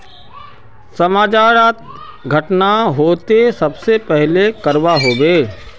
समाज डात घटना होते ते सबसे पहले का करवा होबे?